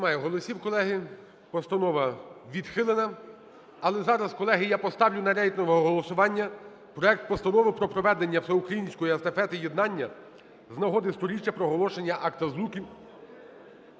Немає голосів, колеги, постанова відхилена. Але зараз, колеги, я поставлю на рейтингове голосування проект Постанови про проведення Всеукраїнської Естафети Єднання з нагоди 100-річчя проголошення Акта Злуки